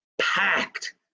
Packed